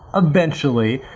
eventually.